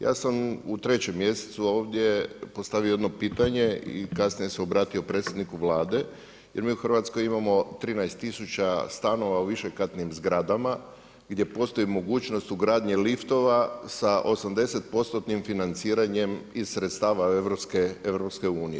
Ja sam u trećem mjesecu ovdje postavio jedno pitanje i kasnije se obratio predsjedniku Vlade jer mi u Hrvatskoj imamo 13000 stanova u višekatnim zgradama gdje postoji mogućnost ugradnje liftova sa 80 postotnim financiranjem iz sredstava EU.